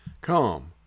Come